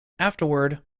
afterward